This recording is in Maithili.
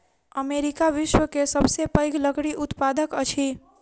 अमेरिका विश्व के सबसे पैघ लकड़ी उत्पादक अछि